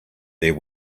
there